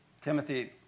Timothy